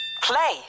play